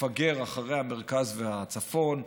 מפגר אחרי המרכז והצפון,